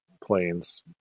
planes